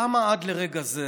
למה עד לרגע זה